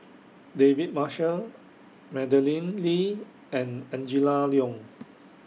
David Marshall Madeleine Lee and Angela Liong